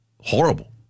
Horrible